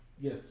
Yes